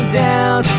down